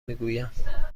میگویند